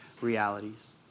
realities